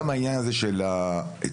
גם העניין הזה של התורמים,